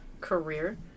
career